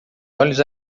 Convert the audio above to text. olhos